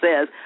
says